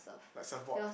like support